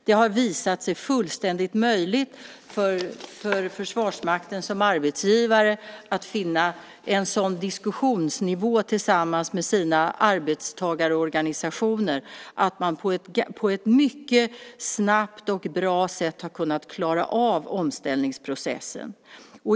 Det har visat sig fullständigt möjligt för Försvarsmakten som arbetsgivare att finna en sådan diskussionsnivå tillsammans med sina arbetstagarorganisationer att man på ett mycket snabbt och bra sätt har kunnat klara av omställningsprocessen.